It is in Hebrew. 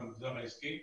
במגזר העסקי,